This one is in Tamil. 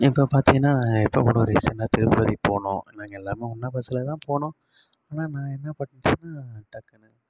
இப்போ பார்த்தீங்கன்னா இப்போ கூட ரீசெண்டாக திருப்பதிக்கு போனோம் நாங்கள் எல்லோருமே ஒன்னாக பஸ்ஸில் தான் போனோம் ஆனால் நான் என்ன பண்ணிவிட்டேனா டக்குனு